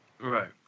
Right